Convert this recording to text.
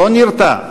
לא נרתע,